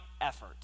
effort